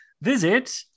Visit